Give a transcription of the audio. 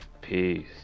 Peace